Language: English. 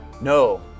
No